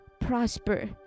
prosper